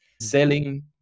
selling